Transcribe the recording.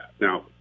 Now